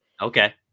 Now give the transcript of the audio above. Okay